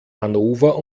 hannover